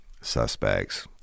suspects